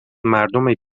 مردم